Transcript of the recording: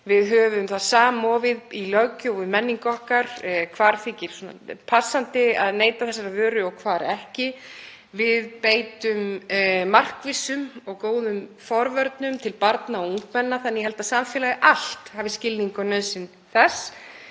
við höfum það samofið í löggjöf og menningu okkar hvar þykir passandi að neyta þessarar vöru og hvar ekki, við beitum markvissum og góðum forvörnum gagnvart börnum og ungmennum þannig að ég held að samfélagið allt hafi skilning á nauðsyn þess.